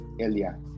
earlier